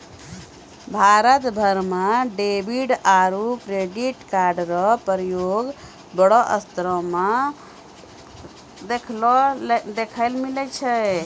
भारत भर म डेबिट आरू क्रेडिट कार्डो र प्रयोग बड़ो स्तर पर देखय ल मिलै छै